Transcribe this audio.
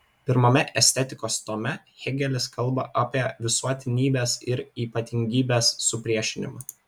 pirmame estetikos tome hėgelis kalba apie visuotinybės ir ypatingybės supriešinimą